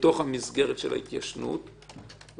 ואם הנשק הוא צבאי,